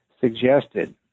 suggested